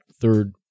third